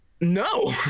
No